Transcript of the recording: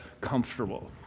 comfortable